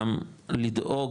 גם לדאוג,